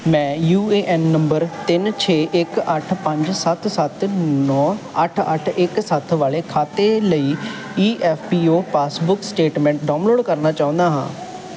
ਮੈਂ U A N number ਤਿੰਨ ਛੇ ਇੱਕ ਅੱਠ ਪੰਜ ਸੱਤ ਸੱਤ ਨੌ ਅੱਠ ਅੱਠ ਇੱਕ ਸੱਤ ਵਾਲੇ ਖਾਤੇ ਲਈ E F P O passbook statement download ਕਰਨਾ ਚਾਹੁੰਦਾ ਹਾਂ